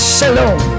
Shalom